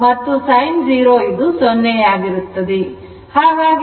ಹಾಗಾಗಿ ನಾವು ಇದನ್ನುV j 0 ಎಂದು ಬರೆಯಬಹುದು